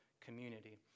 community